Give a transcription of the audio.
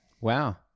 Wow